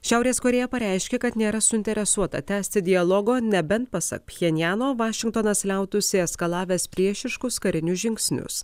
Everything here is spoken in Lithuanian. šiaurės korėja pareiškė kad nėra suinteresuota tęsti dialogo neben pasak pchenjano vašingtonas liautųsi eskalavęs priešiškus karinius žingsnius